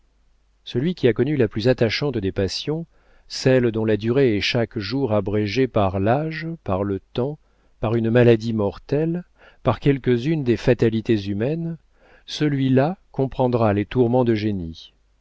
celui qui a connu la plus attachante des passions celle dont la durée est chaque jour abrégée par l'âge par le temps par une maladie mortelle par quelques-unes des fatalités humaines celui-là comprendra les tourments d'eugénie